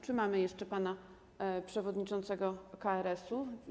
Czy mamy jeszcze pana przewodniczącego KRS-u?